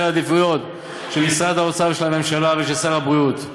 העדיפויות של משרד האוצר ושל הממשלה ושל שר הבריאות.